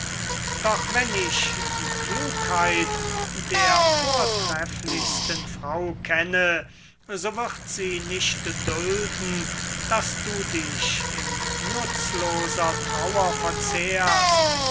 doch wenn ich die klugheit der vortrefflichsten frau kenne so wird sie nicht dulden daß du dich in nutzloser trauer verzehrst